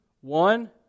One